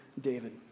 David